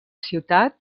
ciutat